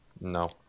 No